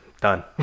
Done